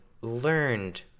learned